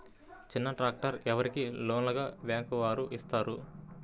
చిన్న ట్రాక్టర్ ఎవరికి లోన్గా బ్యాంక్ వారు ఇస్తారు?